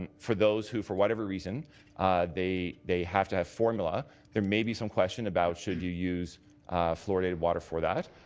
and for those who for whatever reason they they have to have formula there may be some question about should you use flouridated water for that.